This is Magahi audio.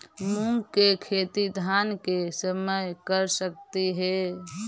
मुंग के खेती धान के समय कर सकती हे?